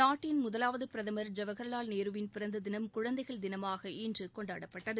நாட்டின் முதலாவது பிரதமர் ஜவஹர்லால் நேருவின் பிறந்த தினம் குழந்தைகள் தினமாக இன்று கொண்டாடப்பட்டது